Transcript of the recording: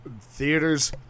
theaters